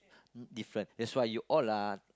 different that's why you all lah